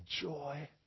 joy